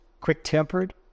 quick-tempered